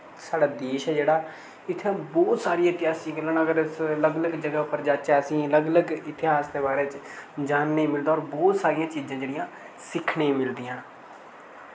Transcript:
साढ़ा देश ऐ जेह्ड़ा इत्थै बहुत सारी एतिहासिक न अगर अस लग्ग लग्ग जगह उप्पर जाह्चै असें लग्ग लग्ग इतिहास दे बारे च जानने गी मिलदा और बहुत सारियां चीजां जेह्ड़ियां सिक्खने मिलदियां